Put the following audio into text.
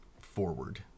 forward